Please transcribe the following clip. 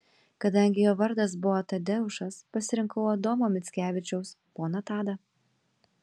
kadangi jo vardas buvo tadeušas pasirinkau adomo mickevičiaus poną tadą